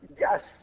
Yes